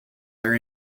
are